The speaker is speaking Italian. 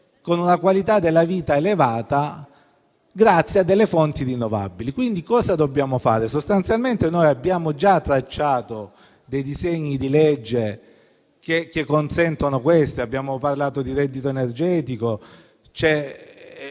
una qualità della vita elevata grazie alle fonti rinnovabili. Quindi cosa dobbiamo fare? Sostanzialmente abbiamo già tracciato dei disegni di legge in materia: abbiamo parlato di reddito energetico e